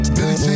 Billy